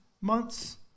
months